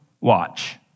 watch